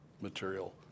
material